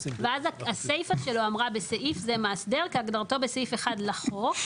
ואז הסיפא שלו אמרה "בסעיף זה "מאסדר" כהגדרתו בסעיף (1) לחוק,